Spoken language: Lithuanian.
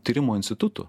tyrimo institutų